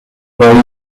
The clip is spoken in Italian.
poi